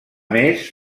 més